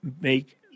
make